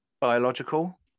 biological